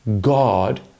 God